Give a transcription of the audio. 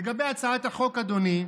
לגבי הצעת החוק, אדוני,